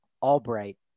Albright